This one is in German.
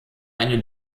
eine